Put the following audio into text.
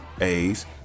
A's